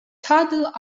toddle